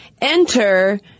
enter